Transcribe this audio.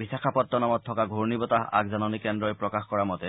বিশাখাপট্টনমত থকা ঘূৰ্ণীবতাহ আগজাননী কেন্দ্ৰই প্ৰকাশ কৰা মতে